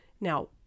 Now